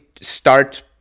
start